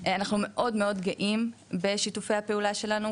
אנחנו מאוד מאוד גאים בשיתופי הפעולה שלנו,